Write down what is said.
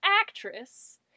actress